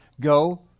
go